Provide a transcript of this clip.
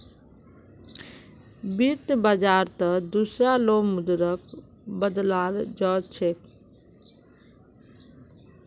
वित्त बाजारत दुसरा लो मुद्राक बदलाल जा छेक